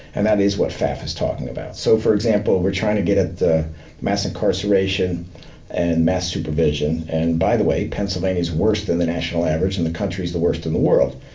and that is what fath is talking about. so, for example, we're trying to get at the massive incarceration and mass supervision, and by the way, pennsylvania's worst in the national average, and the country's the worst in the world.